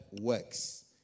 works